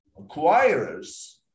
acquirers